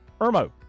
Irmo